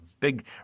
big